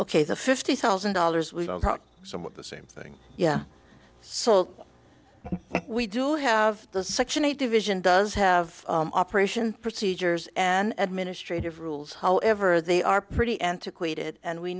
ok the fifty thousand dollars we don't talk some of the same thing yeah so we do have the section eight division does have operation procedures and administrative rules however they are pretty antiquated and we